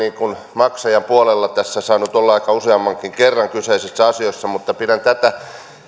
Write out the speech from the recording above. maksajapuolella tässä saanut olla useammankin kerran kyseisissä asioissa mutta pidän tätä